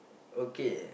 okay